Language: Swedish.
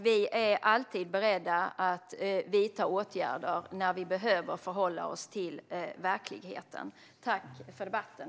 Vi är alltid beredda att vidta åtgärder när vi behöver förhålla oss till verkligheten.